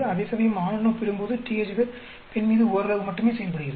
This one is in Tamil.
அதேசமயம் ஆணுடன் ஒப்பிடும்போது THZ பெண் மீது ஓரளவு மட்டுமே செயல்படுகிறது